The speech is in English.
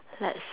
let's